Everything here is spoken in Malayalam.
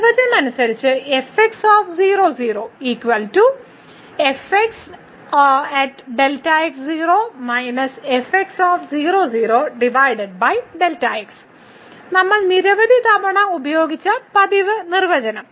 നിർവചനം അനുസരിച്ച് fx0 0 നമ്മൾ നിരവധി തവണ ഉപയോഗിച്ച പതിവ് നിർവചനം